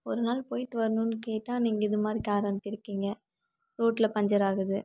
ஒரு நாள் போயிட்டு வரணுன்னு கேட்டால் நீங்கள் இது மாதிரி காரு அனுப்பிருக்கிங்க ரோட்டில் பஞ்சர் ஆகுது